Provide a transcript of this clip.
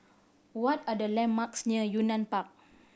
what are the landmarks near Yunnan Park